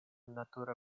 natura